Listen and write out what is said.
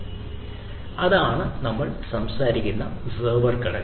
അതിനാൽ അതാണ് നമ്മൾ സംസാരിക്കുന്ന സെർവർ ഘടകം